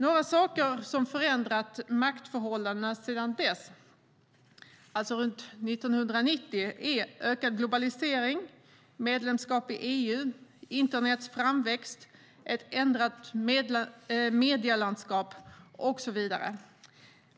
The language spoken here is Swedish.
Några saker som förändrat maktförhållandena sedan dess, runt 1990, är ökad globalisering, medlemskap i EU, internets framväxt, ett ändrat medielandskap och så vidare.